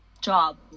job